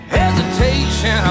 hesitation